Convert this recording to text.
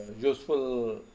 useful